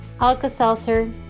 Alka-Seltzer